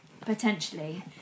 potentially